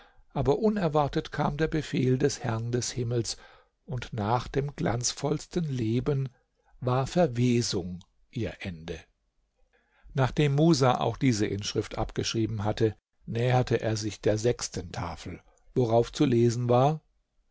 aber unerwartet kam der befehl des herrn des himmels und nach dem glanzvollsten leben war verwesung ihr ende nachdem musa auch diese inschrift abgeschrieben hatte näherte er sich der sechsten tafel worauf zu lesen war